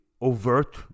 overt